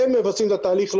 הם מבצעים את התהליך,